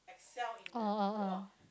oh